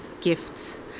gifts